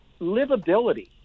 livability